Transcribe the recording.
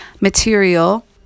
material